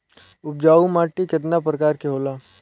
उपजाऊ माटी केतना प्रकार के होला?